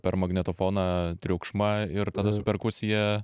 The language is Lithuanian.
per magnetofoną triukšmą ir tada su perkusija